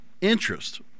interest